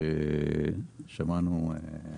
ששמענו,